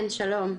שלום,